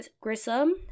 grissom